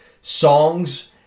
songs